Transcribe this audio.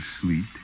sweet